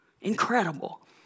Incredible